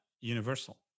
universal